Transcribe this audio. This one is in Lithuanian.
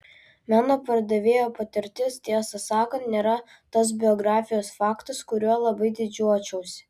meno pardavėjo patirtis tiesą sakant nėra tas biografijos faktas kuriuo labai didžiuočiausi